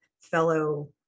fellow